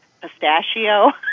pistachio